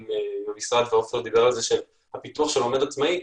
עופר דיבר על פיתוח הלומד עצמאי,